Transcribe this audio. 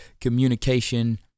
communication